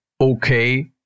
okay